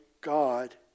God